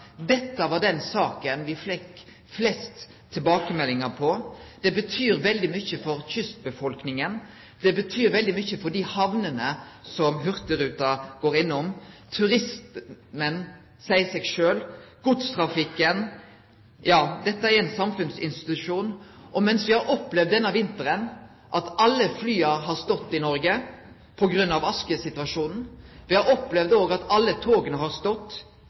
Dette var den saka me fekk flest tilbakemeldingar på. Det betyr veldig mykje for kystbefolkninga, det betyr veldig mykje for dei hamnene som hurtigruta går innom, for turismen – det seier seg sjølv – for godstrafikken – ja, dette er ein samfunnsinstitusjon. Denne vinteren har me opplevd at alle flya i Noreg har stått på grunn av oskesituasjonen, me har òg opplevd at alle toga har stått,